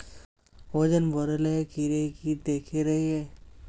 वजन बढे ले कीड़े की देके रहे?